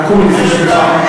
אקוניס, סליחה.